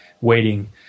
waiting